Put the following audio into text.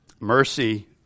Mercy